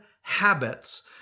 habits